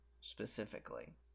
specifically